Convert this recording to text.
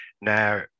Now